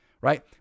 right